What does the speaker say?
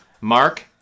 Mark